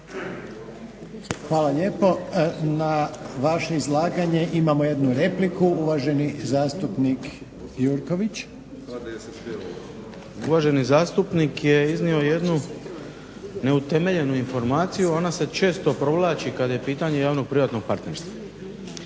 Hvala lijepo. Na vaše izlaganje imamo jednu repliku, uvaženi zastupnik Gjurković. **Gjurković, Srđan (HNS)** Uvaženi zastupnik je iznio jednu neutemeljenu informaciju, ona se često provlači kad je pitanje javnog privatnog partnerstva.